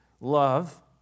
love